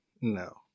No